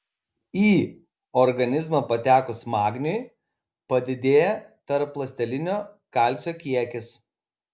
į organizmą patekus magniui padidėja tarpląstelinio kalcio kiekis